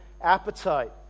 appetite